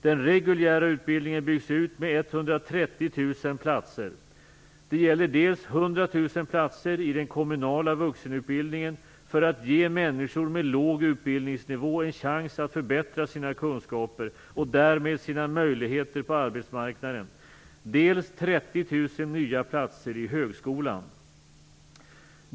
Den reguljära utbildningen byggs ut med 130 000 platser. Det gäller dels 100 000 platser i den kommunala vuxenutbildningen för att ge människor med låg utbildningsnivå en chans att förbättra sina kunskaper och därmed sina möjligheter på arbetsmarknaden, dels 30 000 nya platser i högskolan.